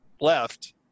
left